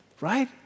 right